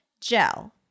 gel